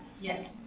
Yes